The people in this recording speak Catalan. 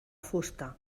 fusta